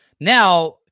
Now